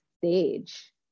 stage